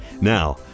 Now